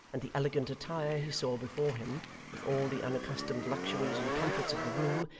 and the elegant attire he saw before him with all the unaccustomed luxuries and comforts of the room,